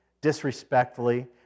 disrespectfully